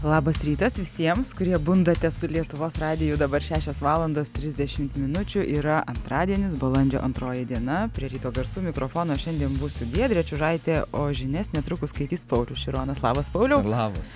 labas rytas visiems kurie bundate su lietuvos radiju dabar šešios valandos trisdešimt minučių yra antradienis balandžio antroji diena prie ryto garsų mikrofono šiandien būsiu giedrė čiužaitė o žinias netrukus skaitys paulius šironas labas pauliau labas